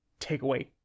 takeaway